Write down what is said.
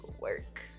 work